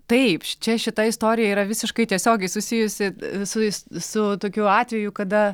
taip čia šita istorija yra visiškai tiesiogiai susijusi su su tokiu atveju kada